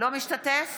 אינו משתתף